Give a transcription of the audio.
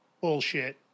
bullshit